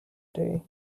day